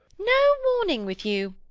no warning with you!